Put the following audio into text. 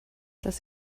das